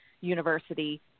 university